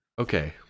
Okay